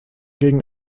gegen